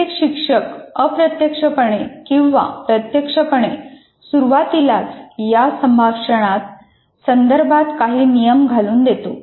प्रत्येक शिक्षक अप्रत्यक्षपणे किंवा प्रत्यक्षपणे सुरूवातीलाच या संभाषणात संदर्भात काही नियम घालून देतो